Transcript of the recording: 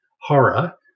horror